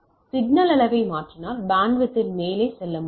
எனவே சிக்னல் அளவை மாற்றினால் பேண்ட்வித் இல் மேலே செல்ல முடியும்